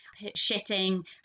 shitting